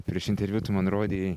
prieš interviu tu man rodei